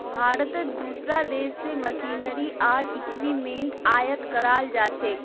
भारतत दूसरा देश स मशीनरी आर इक्विपमेंट आयात कराल जा छेक